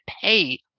pay